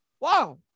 Wow